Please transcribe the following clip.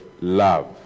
love